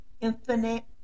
Infinite